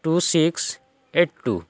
two six eight two